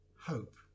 hope